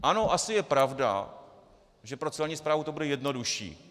Ano, asi je pravda, že pro Celní správu to bude jednodušší.